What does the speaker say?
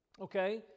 okay